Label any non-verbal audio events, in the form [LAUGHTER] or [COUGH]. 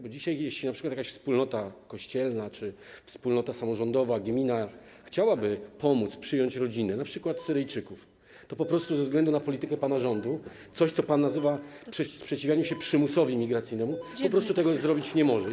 Bo dzisiaj, jeśli np. jakaś wspólnota kościelna czy wspólnota samorządowa chciałaby pomóc przyjąć rodziny, np. Syryjczyków, [NOISE] to po prostu ze względu na politykę pana rządu, na coś, co pan nazywa sprzeciwianiu się przymusowi imigracyjnemu, po prostu tego zrobić być nie mogła.